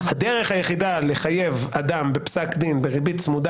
הדרך היחידה לחייב אדם בפסק דין בריבית צמודה